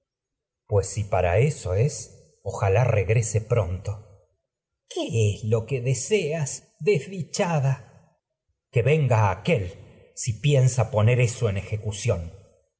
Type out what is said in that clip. pues si para eso es egisto regrese a casa es ojalá regrese pronto crisótemis qué electra lo que deseas desdichada que venga aquél si piensa poner eso en ejecución